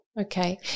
Okay